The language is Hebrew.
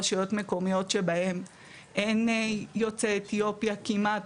רשויות מקומיות שבהן אין יוצאי אתיופיה כמעט,